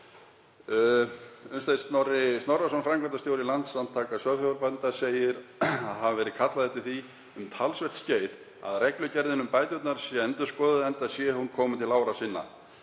Unnsteinn Snorri Snorrason, framkvæmdastjóri Landssamtaka sauðfjárbænda, segir að kallað hafi verið eftir því um talsvert skeið að reglugerðin um bæturnar sé endurskoðuð enda sé hún komin til ára sinna.